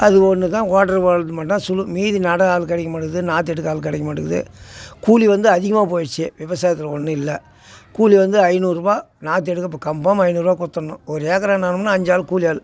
அது ஒன்று தான் ஓடுற ஆள்க்கு மட்டும் தான் சொல்லும் மீதி நட ஆள் கிடைக்க மாட்டேங்குது நாற்று எடுக்க ஆள் கிடைக்க மாட்டேங்குது கூலி வந்து அதிகமாக போயிடுச்சு விவசாயத்தில் ஒன்றும் இல்லை கூலி வந்து ஐந்நூறுரூவா நாற்று எடுக்க இப்போ கன்ஃபார்ம் ஐந்நூறுரூவா கொடுத்துர்ணும் ஒரு ஏக்கரை நடணும்ன்னா அஞ்சு ஆள் கூலி ஆள்